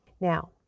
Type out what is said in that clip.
Now